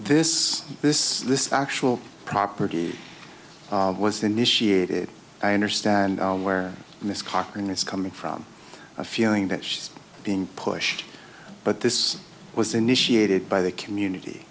this this this actual property was initiated i understand where this cochran is coming from a feeling that is being pushed but this was initiated by the community